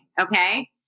Okay